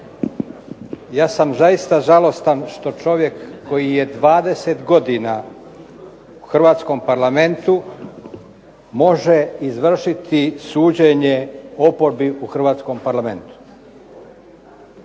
Ja sam zaista žalostan što čovjek koji je 20 godina u hrvatskom Parlamentu može izvršiti suđenje oporbi u hrvatskom Parlamentu.